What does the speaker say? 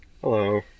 Hello